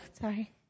sorry